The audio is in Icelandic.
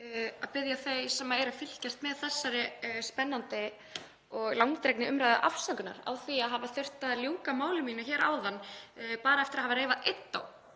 að biðja þau sem eru að fylgjast með þessari spennandi og langdregnu umræðu afsökunar á því að hafa þurft að ljúka máli mínu hér áðan eftir að hafa reifað bara